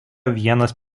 vienas